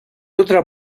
otra